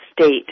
state